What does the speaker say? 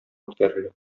үткәрелә